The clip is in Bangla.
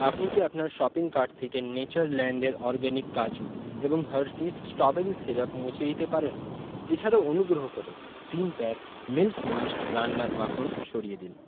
আপনি কি আপনার শপিং কার্ট থেকে নেচারল্যান্ডের অরগ্যানিক কাজু এবং হার্শিস স্ট্রবেরি সিরাপ মুছে দিতে পারেন এছাড়াও অনুগ্রহ করে তিন প্যাক মিল্ক মিস্ট রান্নার মাখন সরিয়ে দিন